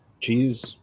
cheese